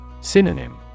Synonym